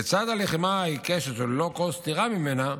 לצד הלחימה העיקשת, וללא כל סתירה ממנה,